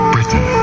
Britain